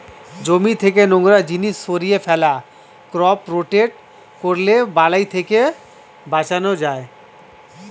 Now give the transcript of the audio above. জমি থেকে নোংরা জিনিস সরিয়ে ফেলা, ক্রপ রোটেট করলে বালাই থেকে বাঁচান যায়